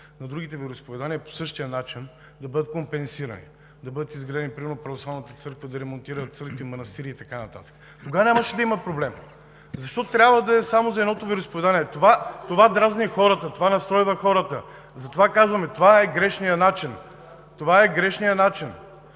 а другите вероизповедания по същия начин да бъдат компенсирани – да бъдат изградени примерно православните църкви, да ремонтират църкви, манастири и така нататък?! Тогава нямаше да има проблем. Защо трябва да е само за едното вероизповедание? Това дразни хората, това настройва хората. Затова казваме: това е грешният начин, това е грешният начин,